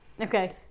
Okay